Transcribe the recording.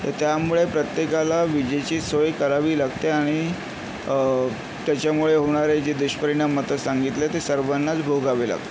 तर त्यामुळे प्रत्येकाला विजेची सोय करावी लागते आणि त्याच्यामुळे होणारे जे दुष्परिणाम आता सांगितले ते सर्वांनाच भोगावे लागतात